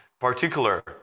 particular